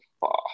far